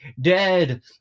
dead